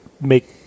make